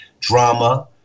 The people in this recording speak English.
Drama